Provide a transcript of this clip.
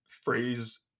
phrase